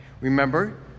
remember